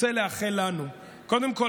אני רוצה לאחל לנו: קודם כול,